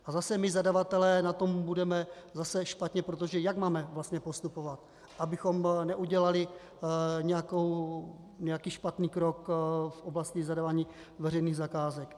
A my zadavatelé na tom budeme zase špatně, protože jak máme vlastně postupovat, abychom neudělali nějaký špatný krok v oblasti zadávání veřejných zakázek?